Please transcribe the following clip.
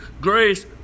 grace